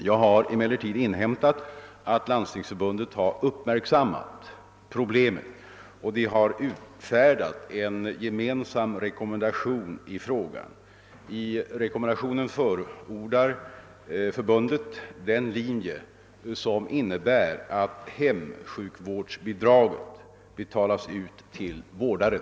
Jag har emel lertid inhämtat att Landstingsförbundet har uppmärksammat problemet och att det har utfärdat en rekommendation, i vilken förbundet förordar den linje som innebär att hemsjukvårdsbidraget betalas ut till vårdaren.